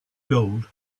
gold